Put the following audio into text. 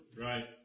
Right